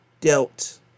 dealt